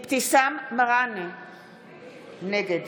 נגד